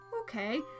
okay